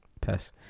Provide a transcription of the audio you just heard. piss